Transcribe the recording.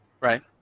Right